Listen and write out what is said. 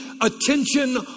attention